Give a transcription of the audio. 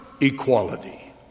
equality